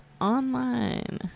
online